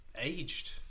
aged